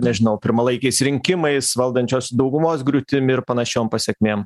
nežinau pirmalaikiais rinkimais valdančios daugumos griūtimi ir panašiom pasekmėm